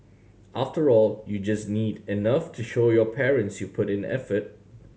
after all you just need enough to show your parents you put in effort